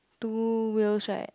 two wheels right